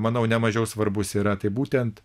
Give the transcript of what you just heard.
manau ne mažiau svarbus yra taip būtent